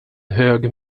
hög